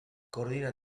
coordina